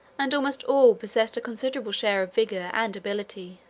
and almost all possessed a considerable share of vigor and ability.